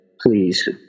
please